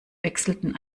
wechselten